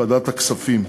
ועדת הכספים.